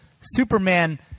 superman